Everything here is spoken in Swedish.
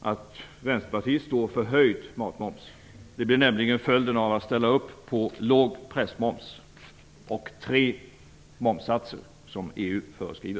att Vänsterpartiet står för höjd matmoms. Det blir nämligen följden om man ställer upp på låg pressmoms och på tre momssatser som EU föreskriver.